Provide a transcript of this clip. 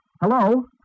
Hello